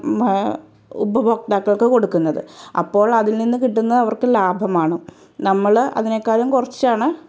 മ ഉപഭോക്താക്കൾക്ക് കൊടുക്കുന്നത് അപ്പോൾ അതിൽ നിന്ന് കിട്ടുന്ന അവർക്ക് ലാഭമാണ് നമ്മള് അതിനേക്കാലും കുറച്ചാണ്